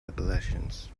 appalachians